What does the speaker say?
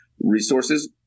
Resources